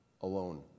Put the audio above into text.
alone